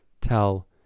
tell